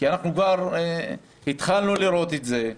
כי כבר התחלנו לראות את זה,